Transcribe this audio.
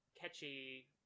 catchy